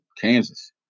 Kansas